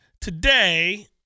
Today